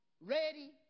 ready